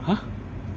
!huh!